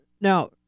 now